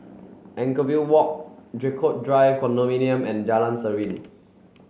Anchorvale Walk Draycott Drive Condominium and Jalan Serene